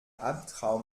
albtraum